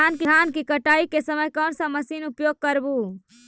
धान की कटाई के समय कोन सा मशीन उपयोग करबू?